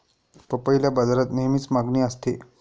पपईला बाजारात नेहमीच मागणी असते